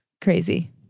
crazy